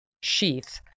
Sheath